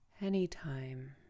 Anytime